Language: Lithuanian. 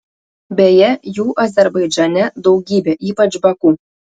beje jų azerbaidžane daugybė ypač baku